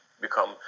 become